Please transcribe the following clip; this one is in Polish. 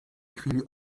chwili